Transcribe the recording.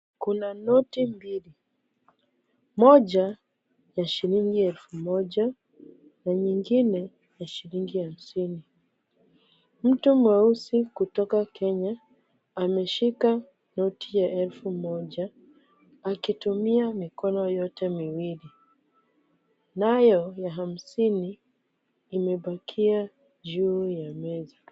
Kuna noti mbili, moja ya shilingi elfu moja na nyingine ya shilingi hamsini. Mtu mweusi kutoka Kenya ameshika noti ya elfu moja akitumia mikono yote miwili, nayo ya hamsini imebakia juu ya meza.